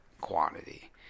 quantity